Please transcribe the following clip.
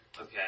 Okay